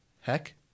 heck